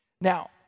Now